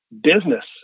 business